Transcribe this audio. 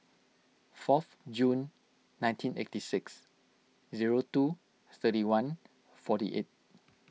fourth June nineteen eighty six zero two thirty one forty eight